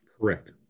Correct